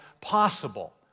possible